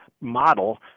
model